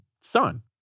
son